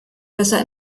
besser